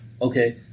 Okay